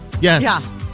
yes